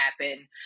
happen